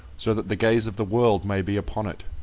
so that the gaze of the world may be upon it,